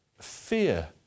fear